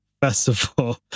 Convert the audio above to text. festival